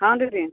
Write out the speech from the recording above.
हँ दीदी